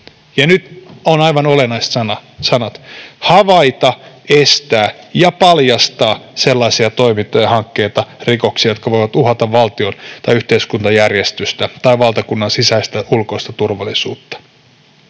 ja nyt on aivan olennaiset sanat — ”havaita, estää ja paljastaa sellaisia toimintoja, hankkeita, rikoksia, jotka voivat uhata valtio- ja yhteiskuntajärjestystä tai valtakunnan sisäistä tai ulkoista turvallisuutta”.